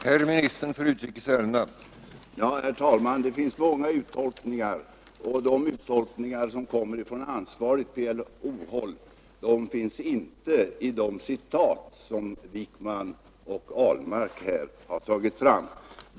Herr talman! Det finns många uttolkningar, och de som kommer från ansvarigt PLO-håll återfinns inte i de citat som herrar Wijkman och Ahlmark anfört.